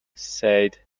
said